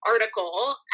article